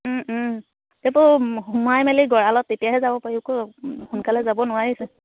সেইটো সোমাই মেলি গড়ালত তেতিয়াহে যাব পাৰিব আকৌ সোনকালে যাব নোৱাৰিছোন